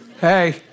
hey